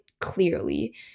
clearly